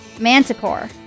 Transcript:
Manticore